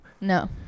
No